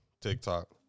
TikTok